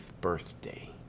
birthday